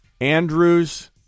Andrews